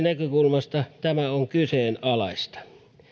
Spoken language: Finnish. näkökulmasta tämä on kyseenalaista